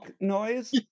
noise